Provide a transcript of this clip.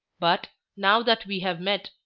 but, now that we have met,